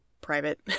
private